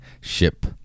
ship